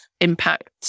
impact